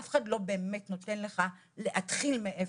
אף אחד לא באמת נותן לך להתחיל מאפס.